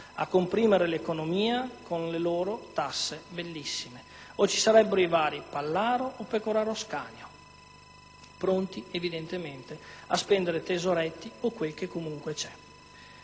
comprimere l'economia con le loro bellissime tasse o ci sarebbero i vari Pallaro o Pecoraro Scanio, pronti a evidentemente a spendere tesoretti o quel che comunque c'è.